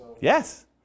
Yes